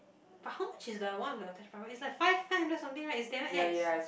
but how much is the one of your attached file it's like five five hundred something right it's damn X